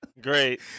Great